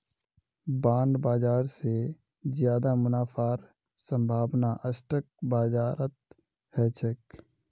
bond बाजार स ज्यादा मुनाफार संभावना स्टॉक बाजारत ह छेक